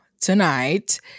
tonight